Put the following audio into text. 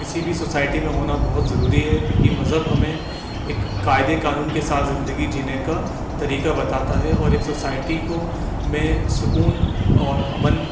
کسی بھی سوسائٹی میں ہونا بہت ضروری ہے کیونکہ مذہب ہمیں ایک قاعدے قانون کے ساتھ زندگی جینے کا طریقہ بتاتا ہے اور ایک سوسائٹی کو میں سکون اور امن